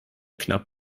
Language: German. knapp